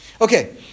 Okay